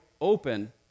open